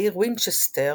העיר וינצ'סטר